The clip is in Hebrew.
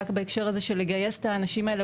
בהקשר הזה של לגייס את האנשים האלה,